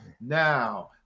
now